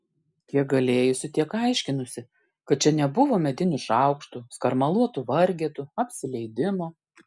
kiek galėjusi tiek aiškinusi kad čia nebuvo medinių šaukštų skarmaluotų vargetų apsileidimo